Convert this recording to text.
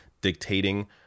dictating